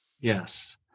Yes